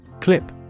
Clip